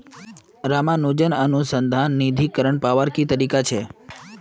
रामानुजन अनुसंधान निधीकरण पावार की तरीका छे